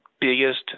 biggest